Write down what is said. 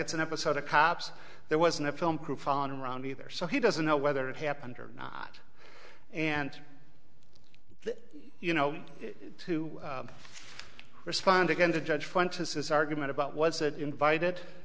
it's an episode of cops there wasn't a film crew found around either so he doesn't know whether it happened or not and you know to respond again to judge functions his argument about wasn't invited